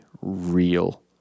real